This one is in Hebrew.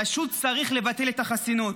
פשוט צריך לבטל את החסינות.